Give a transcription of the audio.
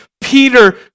Peter